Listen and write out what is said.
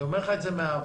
אני אומר לך את זה מאהבה.